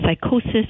psychosis